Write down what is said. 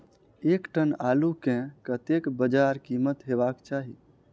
एक टन आलु केँ कतेक बजार कीमत हेबाक चाहि?